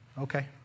Okay